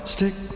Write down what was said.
Stick